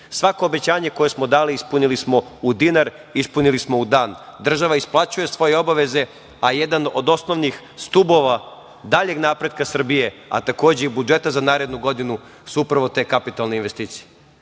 obećanje koje smo dali ispunili smo u dinar, ispunili smo u dan. Država isplaćuje svoje obaveze, a jedan od osnovnih stubova daljeg napretka Srbije, a takođe i budžeta za narednu godinu su upravo te kapitalne investicije.